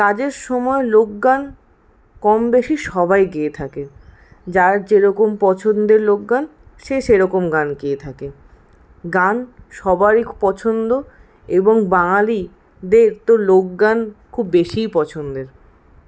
কাজের সময় লোকগান কম বেশি সবাই গেয়ে থাকে যার যেরকম পছন্দের লোকগান সে সেরকম গান গেয়ে থাকে গান সবারই পছন্দ এবং বাঙালিদের তো লোকগান খুব বেশিই পছন্দের